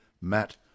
Matt